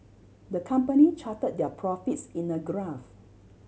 the company chart their profits in a graph